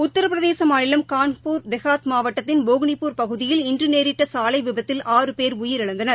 உத்திரபிரதேச மாநிலம் கான்பூர் டெஹாத் மாவட்டத்தின் போக்னிபூர் பகுதியில் இன்று நேரிட்ட சாலை விபத்தில் ஆறு பேர் உயிரிழந்தனர்